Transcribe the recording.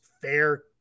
fair